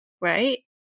right